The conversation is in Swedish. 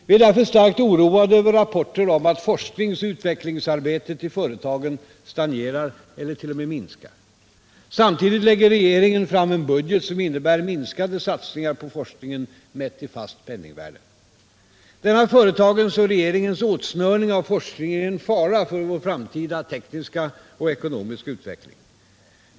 Vi är därför starkt oroade över rapporter om att forskningsoch utvecklingsarbetet i företagen stagnerar eller t.o.m. minskar. Samtidigt lägger regeringen fram en budget, som innebär minskade satsningar på forskningen, mätt i fast penningvärde. Denna företagens och regeringens åtsnörning av forskningen är en fara för vår framtida tekniska och ekonomiska utveckling.